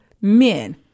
men